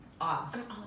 Off